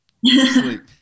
Sleep